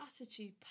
attitude